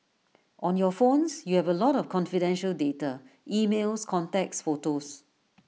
on your phones you have A lot of confidential data emails contacts photos